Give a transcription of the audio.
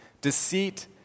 Deceit